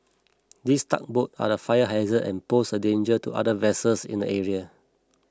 these tugboats are the fire hazard and pose a danger to other vessels in the area